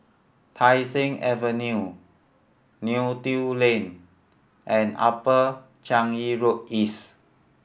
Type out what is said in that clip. Tai Seng Avenue Neo Tiew Lane and Upper Changi Road East